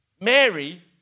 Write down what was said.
Mary